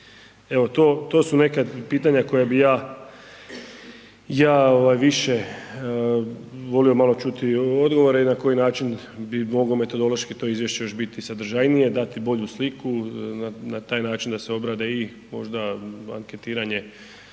Evo, to su neka pitanja koja bi ja, ja ovaj više volio malo čuti odgovore i na koji način bi mogo metodološki to izvješće još biti sadržajnije dati bolju sliku, na taj način da se obrade i možda anketiranje